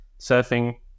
surfing